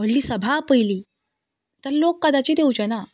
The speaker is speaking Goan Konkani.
व्हडली सभा आपयली तल्लोक कदाचीत येवचे ना